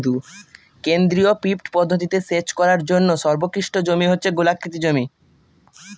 কেন্দ্রীয় পিভট পদ্ধতিতে সেচ করার জন্য সর্বোৎকৃষ্ট জমি হচ্ছে গোলাকৃতি জমি